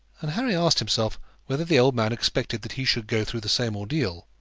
and harry asked himself whether the old man expected that he should go through the same ordeal